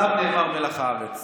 עליו נאמר "מלח הארץ".